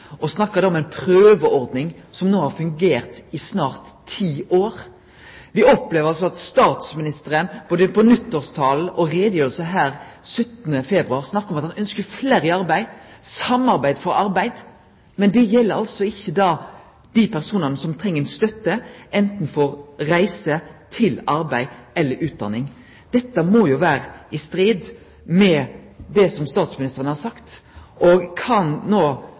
og ein snakkar då om ei prøveordning som no har fungert i snart ti år! Vi opplever altså at statsministeren, både i nyttårstalen og i utgreiinga her 17. februar, snakkar om at han ønskjer fleire i arbeid – «Samarbeid for arbeid». Men det gjeld altså ikkje dei personane som treng stønad, anten for reise til arbeid eller til utdanning. Dette må jo vere i strid med det som statsministeren har sagt. Kan